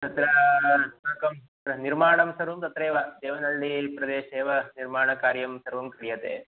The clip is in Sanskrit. तत्र अस्माकं निर्माणं सर्वं तत्रैव देवनहल्ली प्रदेशे एव निर्माणकार्यं सर्वं क्रियते